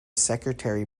secretary